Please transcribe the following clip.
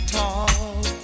talk